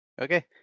Okay